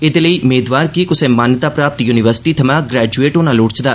एहदे लेई मेदवार गी कुसै मान्यता प्राप्त यूनिवर्सिटी थमां ग्रेजुएट होना लोड़चदा